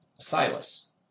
Silas